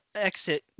exit